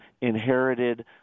inherited